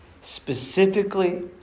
Specifically